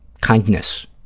kindness